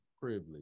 privilege